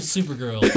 Supergirl